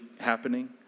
happening